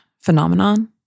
phenomenon